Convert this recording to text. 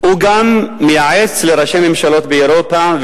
הוא גם מייעץ לראשי ממשלות באירופה,